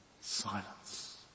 Silence